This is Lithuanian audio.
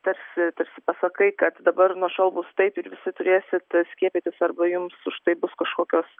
tarsi tarsi pasakai kad dabar nuo šiol bus taip ir visi turėsit skiepytis arba jiems už tai bus kažkokios